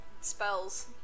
spells